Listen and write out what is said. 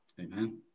Amen